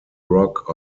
rock